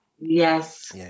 Yes